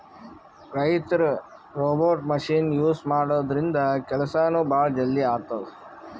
ರೈತರ್ robot machine use ಮಾಡದ್ರಿನ್ದ ಕೆಲ್ಸನೂ ಭಾಳ್ ಜಲ್ದಿ ಆತದ್